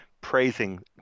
praising